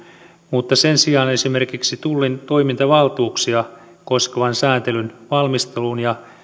mutta sen sijaan esimerkiksi tullin toimintavaltuuksia koskevan sääntelyn valmisteluun ja